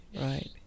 right